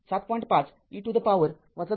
५ e to the power २